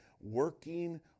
working